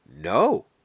No